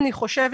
אני חושבת,